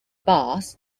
bass